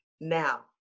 Now